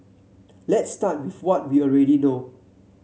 let's start with what we already know